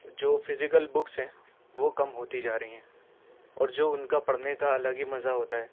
جو physical books ہیں وہ کم ہوتی جا رہی ہیں اور جو ان کا پڑھنے کا الگ ہی مزہ ہوتا ہے